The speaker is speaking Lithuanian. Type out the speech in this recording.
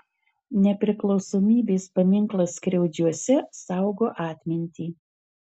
nepriklausomybės paminklas skriaudžiuose saugo atmintį